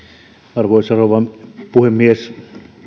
arvoisa rouva puhemies